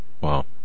wow